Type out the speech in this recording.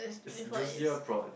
is juicier prawn